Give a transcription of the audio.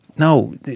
No